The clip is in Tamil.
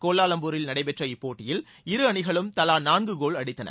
கோலாலம்பூரில் நடைபெற்ற இப்போட்டியில் இரு அணிகளும் தலா நான்கு கோல் அடித்தன